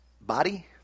body